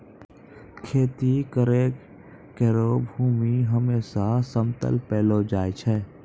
खेती करै केरो भूमि हमेसा समतल पैलो जाय छै